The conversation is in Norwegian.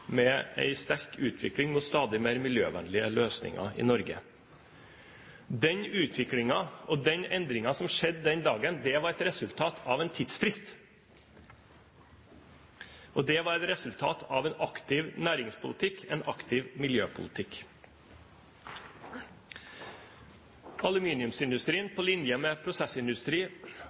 med en sterk utvikling mot stadig mer miljøvennlige løsninger i Norge. Den utviklingen og den endringen som skjedde den dagen, var et resultat av en tidsfrist. Det var et resultat av en aktiv næringspolitikk og en aktiv miljøpolitikk. Aluminiumsindustrien, på linje med